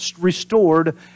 restored